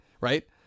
right